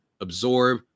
absorb